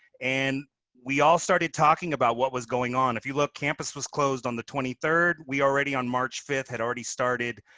and we all started talking about what was going on. and if you look, campus was closed on the twenty third. we already, on march fifth, had already started,